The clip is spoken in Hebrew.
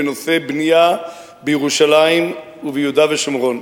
בנושא בנייה בירושלים וביהודה ושומרון.